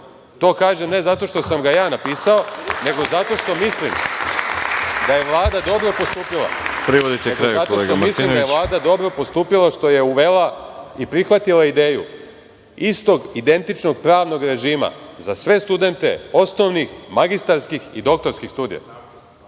To kažem ne zato što sam ga ja napisao, nego zato što mislim da je Vlada dobro postupila što je uvela i prihvatila ideju istog, identičnog pravnog režima za sve studente osnovnih, magistarskih i doktorskih studija.